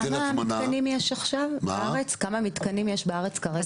כמה מתקנים יש בארץ כרגע?